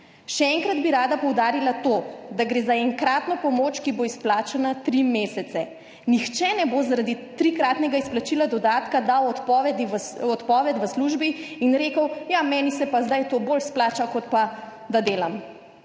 Še enkrat bi rada poudarila to, da gre za enkratno pomoč, ki bo izplačana tri mesece. Nihče ne bo zaradi trikratnega izplačila dodatka dal odpovedi v službi in rekel: »Ja, meni se pa zdaj to bolj splača, kot pa da delam.«